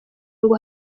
ngo